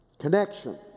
Connection